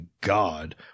God